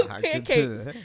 pancakes